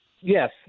yes